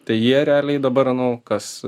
tai jie realiai dabar nu kas